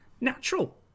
Natural